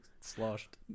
sloshed